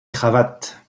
cravates